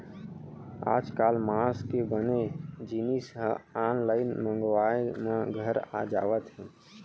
आजकाल मांस के बने जिनिस ह आनलाइन मंगवाए म घर आ जावत हे